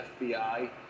FBI